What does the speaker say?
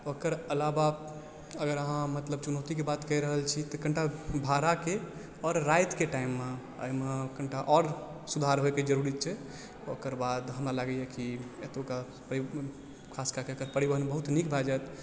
ओकर अलावा अगर अहाँ मतलब चुनौती के बात कहि रहल छियै तऽ कनिटा भाड़ा के आओर राति के टाइम मे एहि मे कनिटा आओर सुधार होइ के जरूरी छै ओकर बाद हमरा लागैया कि एतुका ख़ास कए कऽ परिवहन बहुत नीक भए जायत